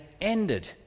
ended